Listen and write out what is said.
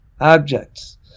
objects